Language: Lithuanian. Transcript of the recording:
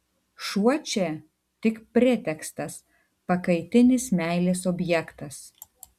šuo čia tik pretekstas pakaitinis meilės objektas